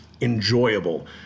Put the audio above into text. enjoyable